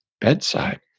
bedside